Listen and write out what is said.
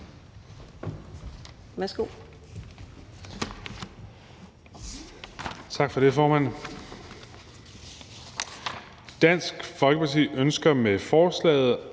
Dansk Folkeparti ønsker med forslaget